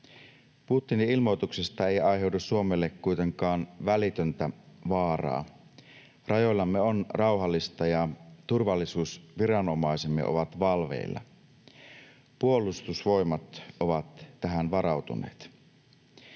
Putinin ilmoituksesta ei aiheudu Suomelle kuitenkaan välitöntä vaaraa. Rajoillamme on rauhallista, ja turvallisuusviranomaisemme ovat valveilla. Puolustusvoimat ovat tähän varautuneet.